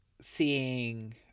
seeing